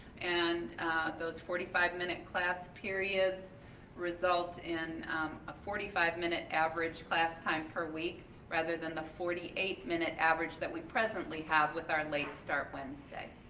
and those forty five minute class periods result in a forty five minute average class time per week rather than the forty eight minute average that we presently with our late start wednesday.